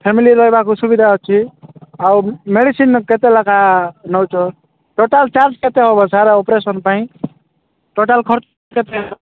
ଫ୍ୟାମିଲିର ରହିବାକୁ ସୁବିଧା ଅଛି ଆଉ ମେଡିସିନ୍ କେତେ ଲେଖାଁ ନେଉଛ ଟୋଟାଲ୍ ଚାର୍ଜ କେତେ ହେବ ଅପରେସନ୍ ପାଇଁ ଟୋଟାଲ୍ ଖର୍ଚ୍ଚ କେତେ ହେବ